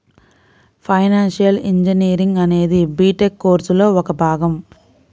financial engineering అనేది B Tech కోర్సులో ఒక భాగం